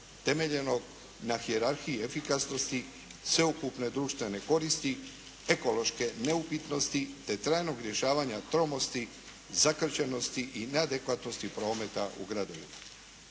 temeljenog na hijerarhiji efikasnosti sveukupne društvene koristi, ekološke neupitnosti te trajnog rješavanja tromosti, zakrčenosti i neadekvatnosti prometa u gradovima.